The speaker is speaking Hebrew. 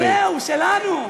נגמר, זהו, שלנו.